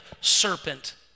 serpent